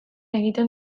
egiten